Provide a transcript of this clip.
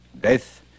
Death